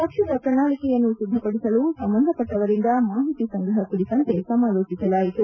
ಪಕ್ಷದ ಪ್ರಣಾಳಿಕೆಯನ್ನು ಸಿದ್ಧಪಡಿಸಲು ಸಂಬಂಧಪಟ್ಟವರಿಂದ ಮಾಹಿತಿ ಸಂಗ್ರಹ ಕುರಿತಂತೆ ಸಮಾಲೋಜಿಸಲಾಯಿತು